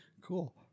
cool